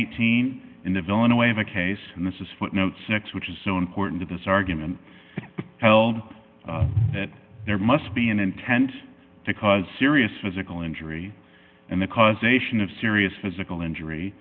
eighteen in the villanova case and this is footnote six which is so important to this argument held that there must be an intent to cause serious physical injury and the causation of serious physical injury